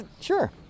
sure